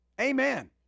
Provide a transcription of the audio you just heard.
Amen